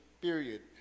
period